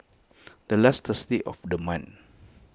the last Thursday of the month